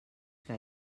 que